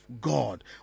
God